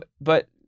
but-